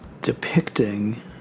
depicting